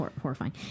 horrifying